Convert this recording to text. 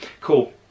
Cool